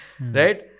right